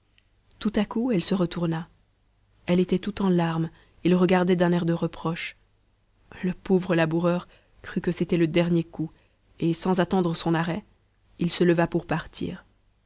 tout à coup elle se retourna elle était toute en larmes et le regardait d'un air de reproche le pauvre laboureur crut que c'était le dernier coup et sans attendre son arrêt il se leva pour partir